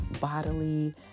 bodily